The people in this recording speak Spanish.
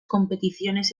competiciones